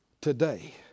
today